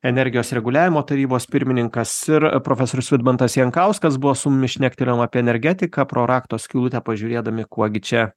energijos reguliavimo tarybos pirmininkas ir profesorius vidmantas jankauskas buvo su mumis šnektelėjom apie energetiką pro rakto skylutę pažiūrėdami kuo gi čia